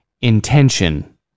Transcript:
Intention